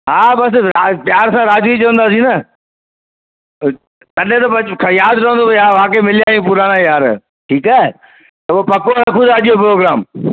हा बसि राज प्यार सां राजू ही चवंदासीं न तॾहिं त पोइ यादि रहंदो यार वाकई में मिलियां आहिनि पुराना यार ठीकु आहे पोइ पको रखूं था अॼु प्रोग्राम